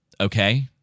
Okay